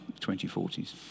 2040s